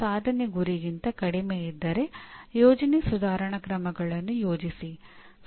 ಸಾಧನೆ ಗುರಿಗಿಂತ ಕಡಿಮೆಯಿದ್ದರೆ ಯೋಜನೆ ಸುಧಾರಣಾ ಕ್ರಮಗಳನ್ನು ಯೋಜಿಸಿ